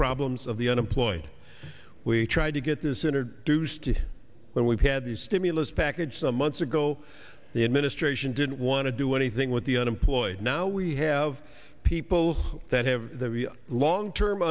problems of the unemployed we tried to get this introduced when we've had the stimulus package some months ago the administration didn't want to do anything with the unemployed now we have people that have long term